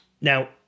now